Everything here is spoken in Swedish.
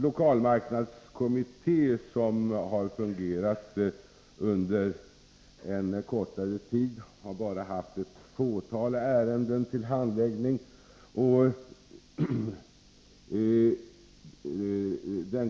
Lokalmarknadskommittén, som har fungerat under en kortare tid, har bara haft ett fåtal ärenden att handlägga.